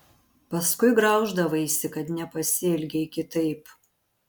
paskui grauždavaisi kad nepasielgei kitaip